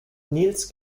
nils